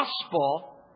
gospel